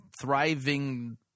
thriving